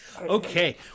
Okay